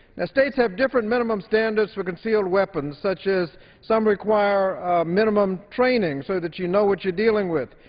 ah states have different minimum standards for concealed weapons such as some require minimum training so that you know what you're dealing with,